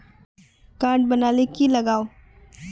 Card बना ले की लगाव?